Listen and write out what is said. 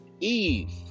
Eve